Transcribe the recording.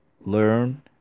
learn